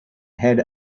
head